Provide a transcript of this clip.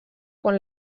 quan